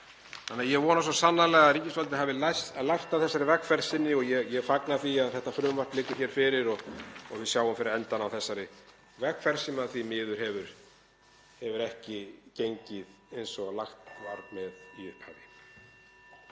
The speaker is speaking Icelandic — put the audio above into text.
Þannig að ég vona svo sannarlega að ríkisvaldið hafi lært af þessari vegferð sinni og ég fagna því að þetta frumvarp liggi hér fyrir og við sjáum fyrir endann á þessari vegferð, sem því miður hefur ekki gengið eins og lagt var upp með í upphafi.